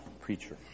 preacher